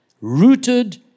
rooted